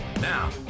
Now